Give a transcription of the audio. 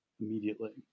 immediately